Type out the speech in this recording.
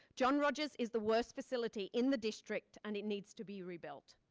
john rogers is the worst facility in the district and it needs to be rebuilt.